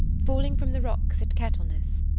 falling from the rocks at kettleness.